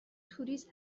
توریست